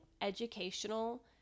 educational